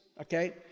okay